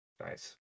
Nice